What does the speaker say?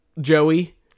Joey